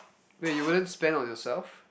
wait you wouldn't spend on yourself